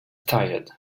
tired